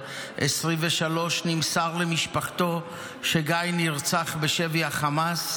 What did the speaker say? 2023 נמסר למשפחתו שגיא נרצח בשבי חמאס,